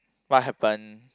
what happened